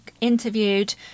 interviewed